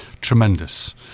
Tremendous